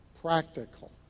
practical